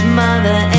mother